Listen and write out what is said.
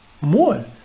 more